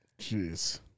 Jeez